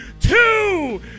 two